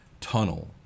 tunnel